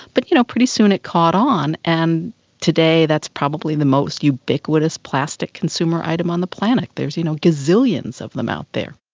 but you know pretty soon it caught on, and today that's probably the most ubiquitous plastic consumer item on the planet. there's you know gazillions of them out there.